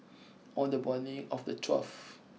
on the morning of the twelfth